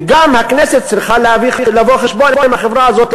וגם הכנסת צריכה לבוא חשבון עם החברה הזאת,